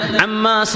Amma